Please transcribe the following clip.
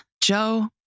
Joe